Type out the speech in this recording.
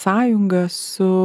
sąjunga su